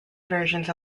versions